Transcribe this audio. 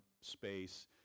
space